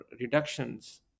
reductions